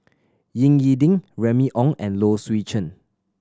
Ying E Ding Remy Ong and Low Swee Chen